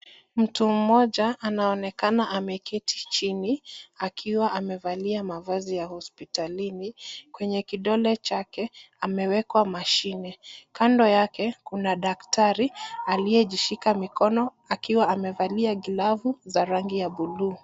Mtu mmoja anaonekana ameketi chini akiwa amevalia mavazi ya hospitalini. Kwenye kidole chake amewekwa mashine. Kando yake kuna daktari aliyejishika mikono akiwa amevalia glavu za rangi ya bluu.